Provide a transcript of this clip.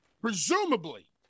presumably